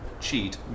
cheat